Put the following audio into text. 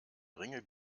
ringe